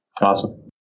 Awesome